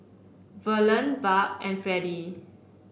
Verlene Barb and Fredie